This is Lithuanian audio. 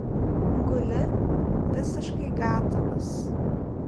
guli visiškai gatavas